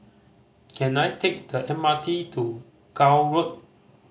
can I take the M R T to Gul Road